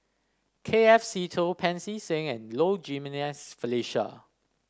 K F Seetoh Pancy Seng and Low Jimenez Felicia